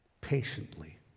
Patiently